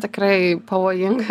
tikrai pavojinga